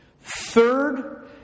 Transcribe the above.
Third